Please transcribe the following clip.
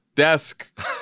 desk